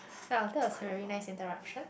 well that was a very nice interruption